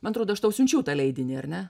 man atrodo aš tau siunčiau tą leidinį ar ne